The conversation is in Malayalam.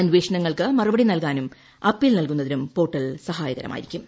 അന്വേഷണങ്ങൾക്ക് മറുപടി നൽകാനും അപ്പീൽ നൽകുന്നതിനും പോർട്ടൽ സഹായകരമായിരിക്കും